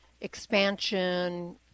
expansion